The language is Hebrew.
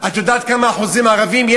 את יודעת מה אחוז הערבים?